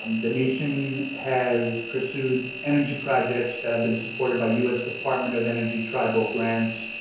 um the nation has pursued energy projects that have been supported by u s. department of energy tribal grants